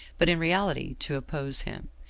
but in reality to oppose him,